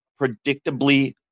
predictably